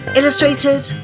illustrated